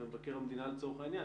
ומבקר המדינה לצורך העניין